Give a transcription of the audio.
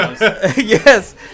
Yes